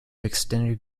extended